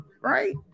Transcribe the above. Right